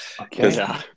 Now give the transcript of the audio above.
Okay